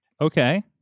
Okay